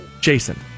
Jason